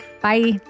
Bye